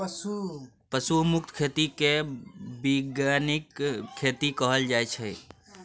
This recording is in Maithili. पशु मुक्त खेती केँ बीगेनिक खेती कहल जाइ छै